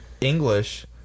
English